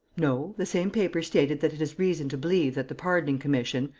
no. the same paper stated that it has reason to believe that the pardoning commission,